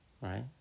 right